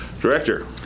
director